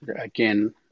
again